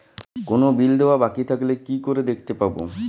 কোনো বিল দেওয়া বাকী থাকলে কি করে দেখতে পাবো?